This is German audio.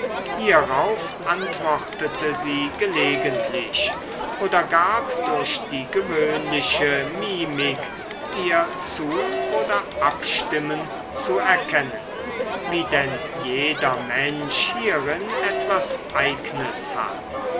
hierauf antwortete sie gelegentlich oder gab durch die gewöhnliche mimik ihr zu oder abstimmen zu erkennen wie denn jeder mensch hierin etwas eignes hat